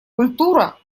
культура